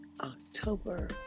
October